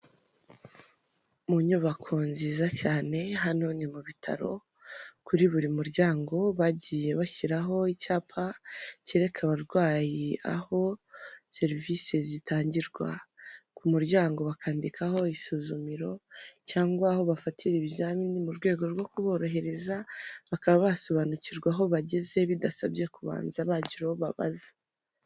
Mu nyubako nziza cyane hano ni mu bitaro, kuri buri muryango bagiye bashyiraho icyapa kereka abarwayi aho serivisi zitangirwa, ku muryango bakandikaho isuzumiro cyangwa aho bafatira ibizamini mu rwego rwo kuborohereza, bakaba basobanukirwa aho bageze bidasabye kubanza bagira uwo babaza.